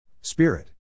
Spirit